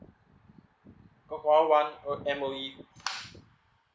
call call one uh M_O_E